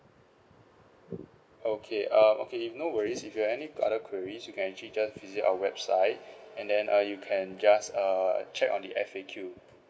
okay err okay if no worries if you have any other queries you can actually just visit our website and then err you can just err check on the F_A_Q